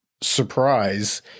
surprise